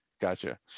Gotcha